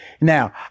now